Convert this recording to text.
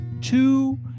two